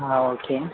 okay